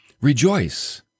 rejoice